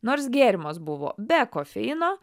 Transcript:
nors gėrimas buvo be kofeino